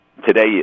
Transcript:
Today